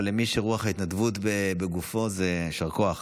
אבל למי שרוח ההתנדבות בגופו, יישר כוח.